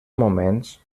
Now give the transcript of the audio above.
moments